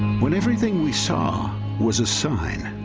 when everything we saw was a sign